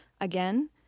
again